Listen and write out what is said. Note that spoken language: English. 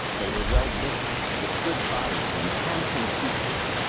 they were well-built, with good bodies and handsome features.